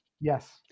yes